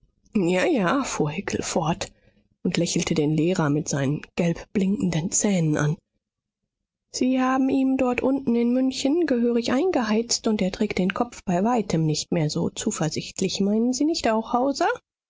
ja ja fuhr hickel fort und lächelte den lehrer mit seinen gelbblinkenden zähnen an sie haben ihm dort unten in münchen gehörig eingeheizt und er trägt den kopf bei weitem nicht mehr so zuversichtlich meinen sie nicht auch